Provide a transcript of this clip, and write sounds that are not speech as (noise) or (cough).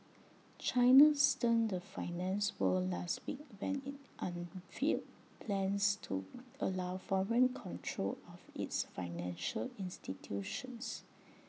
China stunned the finance world last week when IT unveiled plans to allow foreign control of its financial institutions (noise)